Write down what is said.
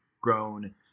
grown